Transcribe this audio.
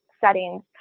settings